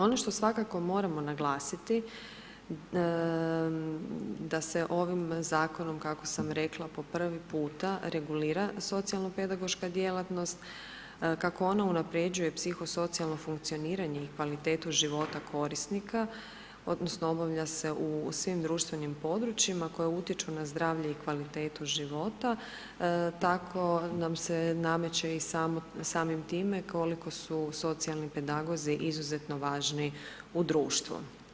Ono što svakako moramo naglasiti, da se ovim zakonom kako sam rekla po prvi puta, regulira socijalno pedagoška djelatnost, kako ona unapređuje psihosocijalno funkcioniranje i kvalitetu života korisnika odnosno obavlja se u svim društvenim područjima koja utječu na zdravlje i kvalitetu života tako nam se nameće i samim time koliko su socijalni pedagozi izuzetno važni u društvu.